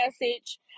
message